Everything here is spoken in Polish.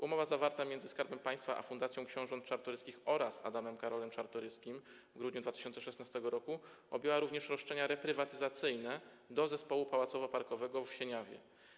Umowa zawarta między Skarbem Państwa a Fundacją Książąt Czartoryskich oraz Adamem Karolem Czartoryskim w grudniu 2016 r. objęła również roszczenia reprywatyzacyjne do zespołu pałacowo-parkowego w Sieniawie.